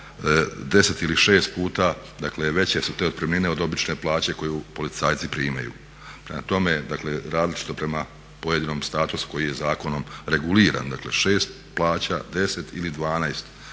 10 ili 6 puta, dakle veće su te otpremnine od obične plaće koju policajci primaju. Prema tome, dakle različito prema pojedinom statusu koji je zakonom reguliran. Dakle, 6 plaća, 10 ili 12